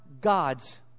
God's